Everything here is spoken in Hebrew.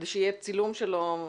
כדי שיהיה צילום שלו.